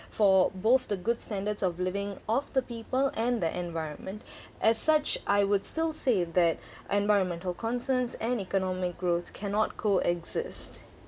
for both the good standards of living of the people and the environment as such I would still say that environmental concerns and economic growth cannot co-exist